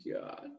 god